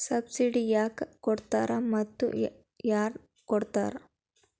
Subsidy ಯಾಕೆ ಕೊಡ್ತಾರ ಮತ್ತು ಯಾರ್ ಕೊಡ್ತಾರ್?